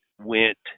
went